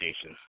station